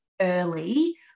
early